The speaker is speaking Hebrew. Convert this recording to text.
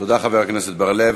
תודה, חבר הכנסת בר-לב.